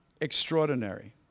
extraordinary